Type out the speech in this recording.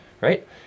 right